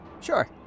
Sure